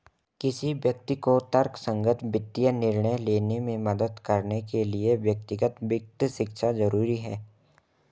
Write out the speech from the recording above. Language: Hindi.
किसी व्यक्ति को तर्कसंगत वित्तीय निर्णय लेने में मदद करने के लिए व्यक्तिगत वित्त शिक्षा जरुरी है